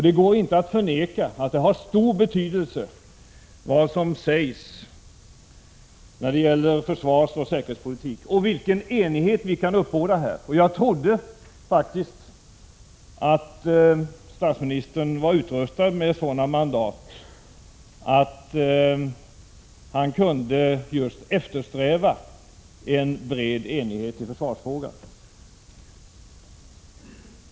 Det går inte att förneka att vad som sägs i försvarsoch säkerhetspolitiken och vilken enighet vi kan uppnå har stor betydelse. Jag trodde faktiskt att statsministern var utrustad med sådana mandat att han kunde eftersträva en bred enighet i försvarsfrågan.